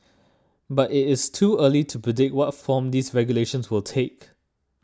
but it is too early to predict what form these regulations will take